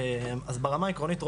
אז ברמה העקרונית,